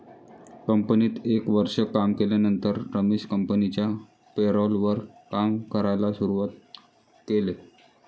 कंपनीत एक वर्ष काम केल्यानंतर रमेश कंपनिच्या पेरोल वर काम करायला शुरुवात केले